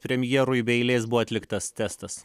premjerui be eilės buvo atliktas testas